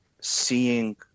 seeing